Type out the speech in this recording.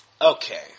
Okay